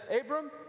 Abram